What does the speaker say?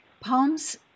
Poems